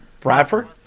Bradford